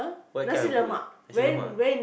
what kind of food ah nasi-lemak